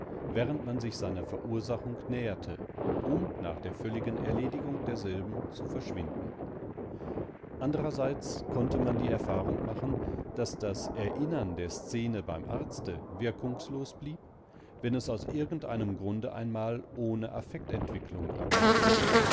während man sich seiner verursachung näherte um nach der völligen erledigung derselben zu verschwinden anderseits konnte man die erfahrung machen daß das erinnern der szene beim arzte wirkungslos blieb wenn es aus irgend einem grunde einmal ohne affektentwicklung ablief